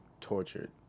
tortured